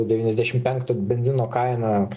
devyniasdešim penkto benzino kaina